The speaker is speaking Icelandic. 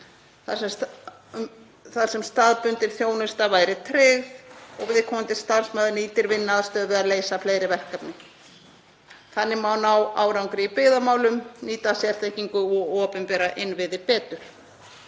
þar sem staðbundin þjónusta er tryggð og viðkomandi starfsmaður nýtir vinnuaðstöðu við að leysa fleiri verkefni. Þannig má ná árangri í byggðamálum, nýta sérþekkingu og opinbera innviði betur.